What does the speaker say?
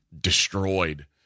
destroyed